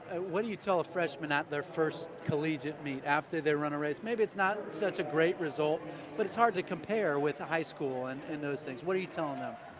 what do you tell a freshman at their first collegiate meet after they run a race? maybe it's not such great result but it's hard to compare with high school and and those things. what are you telling them?